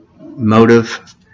motive